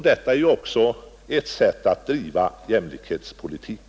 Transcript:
Detta är också ett sätt att driva jämlik hetspolitik.